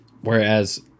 Whereas